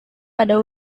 pada